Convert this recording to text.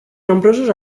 nombrosos